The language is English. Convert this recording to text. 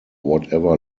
whatever